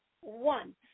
one